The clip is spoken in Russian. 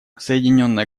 соединенное